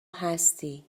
هستی